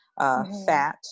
fat